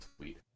tweet